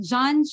John